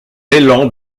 élan